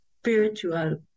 spiritual